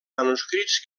manuscrits